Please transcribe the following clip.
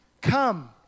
come